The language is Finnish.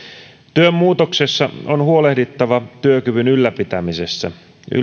työn muutoksessa on huolehdittava työkyvyn ylläpitämisestä